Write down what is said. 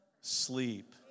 sleep